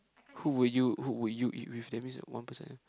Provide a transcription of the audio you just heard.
who will who would you eat with that means one person